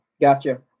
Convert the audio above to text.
gotcha